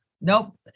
Nope